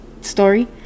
story